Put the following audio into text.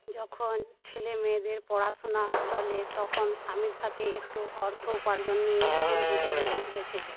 যখন ছেলেমেয়েদের পড়াশুনা চলে তখন স্বামীর সাথে একটু অর্থ উপার্জন নিয়ে ভুল বোঝাবুঝি হয়েছিলো